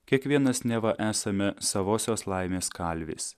kiekvienas neva esame savosios laimės kalvis